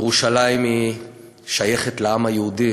ירושלים שייכת לעם היהודי